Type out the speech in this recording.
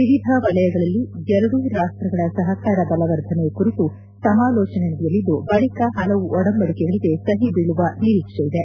ವಿವಿಧ ವಲಯಗಳಲ್ಲಿ ಎರಡೂ ರಾಷ್ಷಗಳ ಸಪಕಾರ ಬಲವರ್ಧನೆ ಕುರಿತು ಸಮಾಲೋಚನೆ ನಡೆಯಲಿದ್ದು ಬಳಿಕ ಪಲವು ಒಡಂಬಡಿಕೆಗಳಿಗೆ ಸಹಿ ಬೀಳುವ ನಿರೀಕ್ಷೆಯಿದೆ